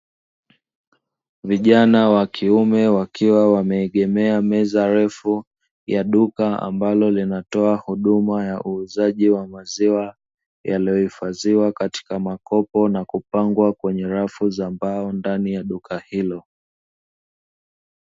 Vijana wa kiume wakiwa wameegemea meza refu ya duka, ambalo linatoa huduma ya uuzaji wa maziwa yaliyohifadhiwa katika makopo na kupangwa kwenye rafu za mbao ndani ya duka hilo.